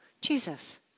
Jesus